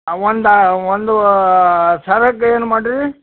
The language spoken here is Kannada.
ಹಾಂ ಒಂದಾ ಒಂದೂ ಸರಕ್ಕೆ ಏನುಮಾಡ್ರಿ